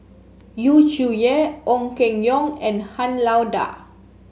Yu Zhuye Ong Keng Yong and Han Lao Da